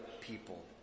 people